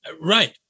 right